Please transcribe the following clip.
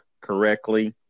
correctly